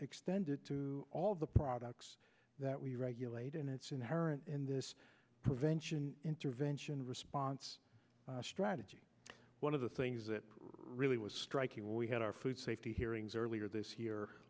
extended to all of the products that we regulate and it's inherent in this prevention intervention response strategy one of the things that really was striking when we had our food safety hearings earlier this year